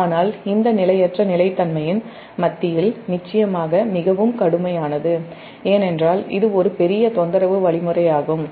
ஆனால் இந்த நிலையற்ற நிலைத்தன்மையின் மத்தியில் நிச்சயமாக மிகவும் கடுமையானது ஏனென்றால் இது ஒரு பெரிய தொந்தரவு வழி முறையாகும்